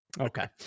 Okay